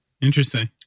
Interesting